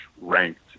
ranked